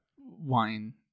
wine